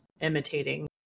imitating